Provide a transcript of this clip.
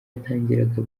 yatangiraga